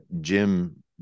Jim